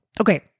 Okay